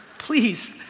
please